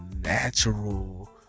natural